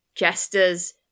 Jester's